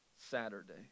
Saturday